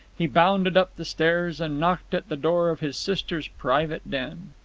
he bounded up the stairs and knocked at the door of his sister's private den.